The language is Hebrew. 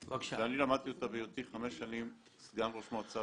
ואני למדתי אותה בהיותי חמש שנים סגן ראש מועצה